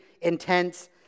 intense